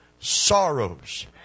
sorrows